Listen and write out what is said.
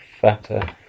fatter